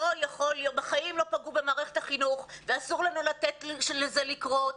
מעולם לא פגעו במערכת החינוך ואסור לנו לתת לזה לקרות,